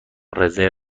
رزرو